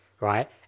right